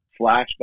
flashback